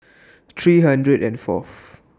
three hundred and Fourth